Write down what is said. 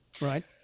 Right